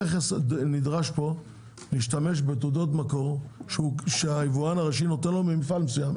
המכס נדרש להשתמש בתעודות מקור שהיבואן הראשי נותן לו ממפעל מסוים.